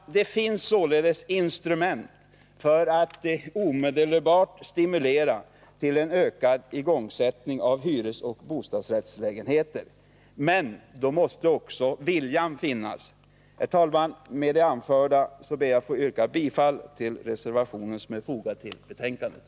Det finns således instrument för att omedelbart stimulera till en ökad igångsättning av hyresoch bostadsrättslägenheter. Men då måste också viljan finnas! Herr talman! Med det anförda ber jag att få yrka bifall till reservationen som är fogad till betänkandet.